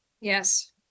Yes